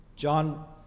John